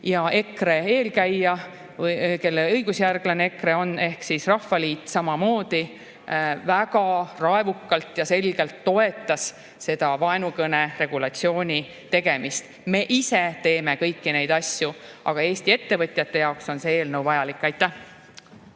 ja EKRE eelkäija, kelle õigusjärglane EKRE on, ehk siis Rahvaliit samamoodi väga raevukalt ja selgelt toetas vaenukõne regulatsiooni sätestamist. Me ise teeme kõiki neid asju. Aga Eesti ettevõtjate jaoks on see eelnõu vajalik. Aitäh!